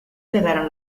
quedaron